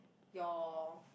your